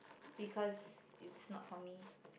because it's not for me